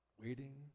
waiting